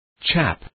Chap